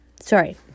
Sorry